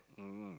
mm